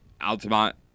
Altamont